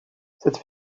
cette